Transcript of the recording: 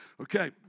Okay